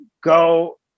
go